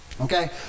Okay